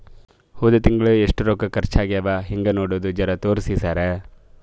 ಹೊದ ತಿಂಗಳ ಎಷ್ಟ ರೊಕ್ಕ ಖರ್ಚಾ ಆಗ್ಯಾವ ಹೆಂಗ ನೋಡದು ಜರಾ ತೋರ್ಸಿ ಸರಾ?